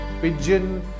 pigeon